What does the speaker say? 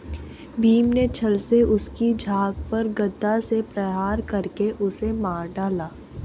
भीम ने छ्ल से उसकी जांघ पर गदा से प्रहार करके उसे मार डाला